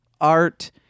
Art